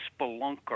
spelunker